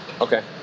Okay